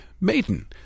maiden